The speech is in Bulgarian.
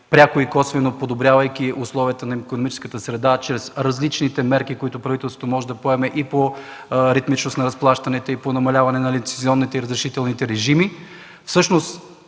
пряко и косвено, подобрявайки условията в икономическата среда чрез различните мерки, които правителството може да поеме – и по ритмичност на разплащането, и по намаляване на лицензионните и разрешителни режими,